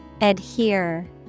adhere